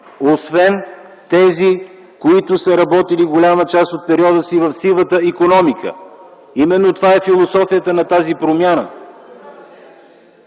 освен тези, които са работили голяма част от периода си в сивата икономика. Именно това е философията на тази промяна.